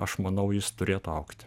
aš manau jis turėtų augti